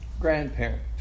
grandparent